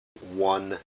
one